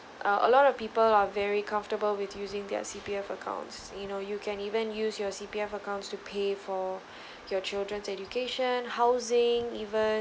uh a lot of people are very comfortable with using their C_P_F accounts you know you can even use your C_P_F accounts to pay for your children's education housing even